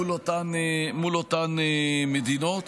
מול אותן מדינות.